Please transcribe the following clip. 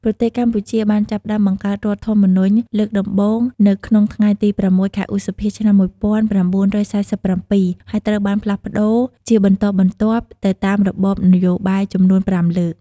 ប្រទេសកម្ពុជា បានចាប់ផ្តើមបង្កើតរដ្ឋធម្មនុញ្ញលើកដំបូងនៅក្នុងថ្ងៃទី ៦ ខែឧសភា ឆ្នាំ ១៩៤៧ ហើយត្រូវបានផ្លាស់ប្តូរជាបន្តបន្ទាប់ទៅតាមរបបនយោបាយចំនួន៥លើក។